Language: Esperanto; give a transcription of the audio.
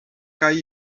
kaj